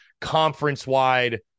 conference-wide –